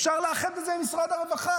אפשר לאחד את זה עם משרד הרווחה,